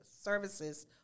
services